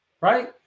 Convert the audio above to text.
Right